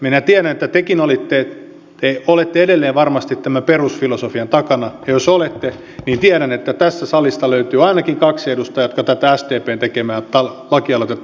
minä tiedän että tekin olitte ja olette edelleen varmasti tämän perusfilosofian takana ja jos olette niin tiedän että tästä salista löytyy ainakin kaksi edustajaa jotka tätä sdpn tekemää lakialoitetta kannattavat